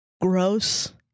gross